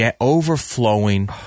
overflowing